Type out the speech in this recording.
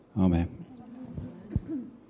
Amen